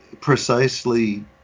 precisely